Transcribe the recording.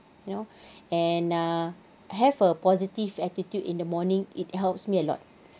you know and err have a positive attitude in the morning it helps me a lot